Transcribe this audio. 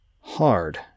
hard